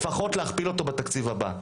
לפחות להכפיל אותו בתקציב הבא,